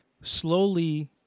slowly